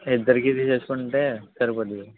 ఇద్దరికి తీసుకుంటే సరిపోద్ది కదా